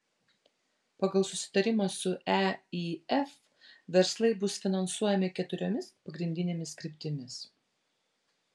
pagal susitarimą su eif verslai bus finansuojami keturiomis pagrindinėmis kryptimis